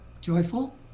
joyful